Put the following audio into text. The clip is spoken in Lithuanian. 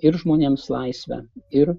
ir žmonėms laisvę ir